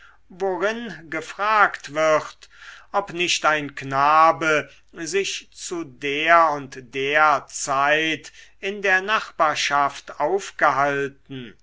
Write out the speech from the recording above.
worin gefragt wird ob nicht ein knabe sich zu der und der zeit in der nachbarschaft aufgehalten